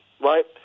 right